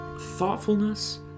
thoughtfulness